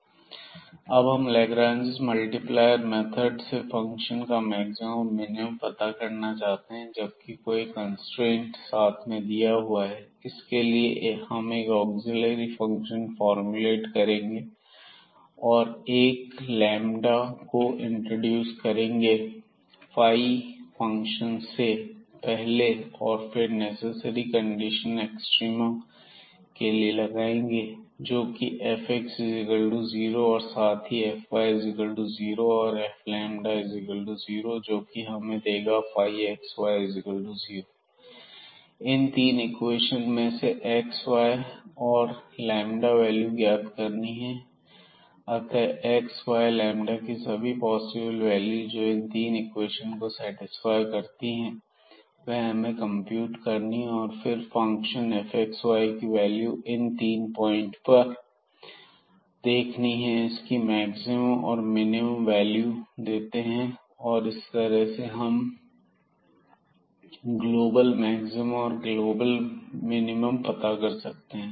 l अतः हम Lagrange multiplier method से फंक्शन fxy का मैक्सिमम और मिनिमम पता करना चाहते हैं जबकि कोई कंस्ट्रेंट साथ में दिया हुआ है इसके लिए हम एक ऑग्ज़ीलियरी फंक्शन फॉर्म्युलेट करेंगे और एक को इंट्रोड्यूस करेंगे फाई फंक्शन से पहले और फिर नेसेसरी कंडीशन एक्सट्रीमा के लिए लगाएंगे जो कि Fx0 है और साथ ही Fy0 और F0 जो कि हमें देगा xy0 इन तीन इक्वेशन में से x y और वैल्यू ज्ञात करनी है अतः x y की सभी पॉसिबल वैल्यू जो इन तीन इक्वेशन को सेटिस्फाई करती हैं वह हमें कंप्यूट करनी है और फिर फंक्शन fxy की वैल्यू इन पॉइंट पर देखनी है जो इसकी मैक्सिमम और मिनिमम वैल्यू देते हैं और इस तरह हम ग्लोबल मैक्सिमम और मिनिमम पता कर सकते हैं